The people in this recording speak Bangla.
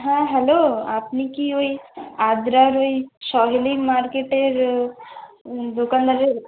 হ্যাঁ হ্যালো আপনি কি ওই আদ্রার ওই সহেলির মার্কেটের দোকানদারের